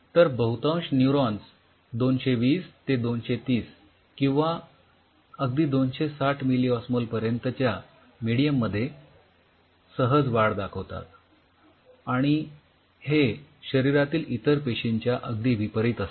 तर बहुतांश न्यूरॉन्स २२० ते २३० किंवा अगदी २६० मिलिऑस्मोल पर्यंतच्या मेडीयम मध्ये सहज वाढ दाखवतात आणि हे शरीरातील इतर पेशींच्या अगदी विपरीत असते